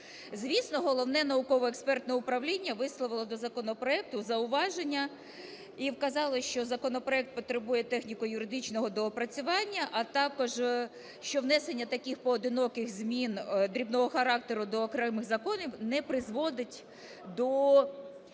Звісно, Головне науково-експертне управління висловило до законопроекту зауваження і вказало, що законопроект потребує техніко-юридичного доопрацювання, а також, що внесення таких поодиноких змін дрібного характеру до окремих законів не призводить до